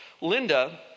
linda